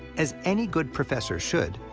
as any good professor should,